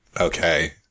Okay